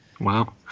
Wow